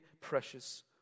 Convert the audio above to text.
precious